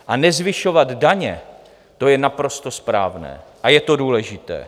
A nezvyšovat daně, to je naprosto správné a je to důležité.